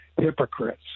hypocrites